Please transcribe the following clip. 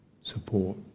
support